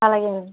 అలాగేనండీ